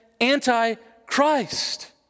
anti-Christ